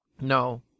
No